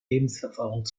lebenserfahrung